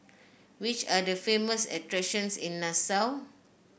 which are the famous attractions in Nassau